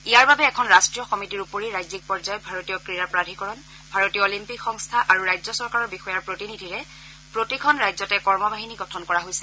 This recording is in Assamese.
ইয়াৰ বাবে এখন ৰাষ্ট্ৰীয় সমিতিৰ উপৰি ৰাজ্যিক পৰ্যায়ত ভাৰতীয় ক্ৰীড়া প্ৰাধিকৰণ ভাৰতীয় অলিম্পিক সংস্থা আৰু ৰাজ্য চৰকাৰৰ বিষয়াৰ প্ৰতিনিধিৰে প্ৰতিখন ৰাজ্যতে কৰ্ম বাহিনী গঠন কৰা হৈছে